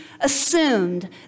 assumed